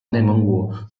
内蒙古